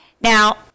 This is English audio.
Now